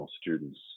students